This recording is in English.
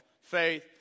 faith